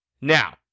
Now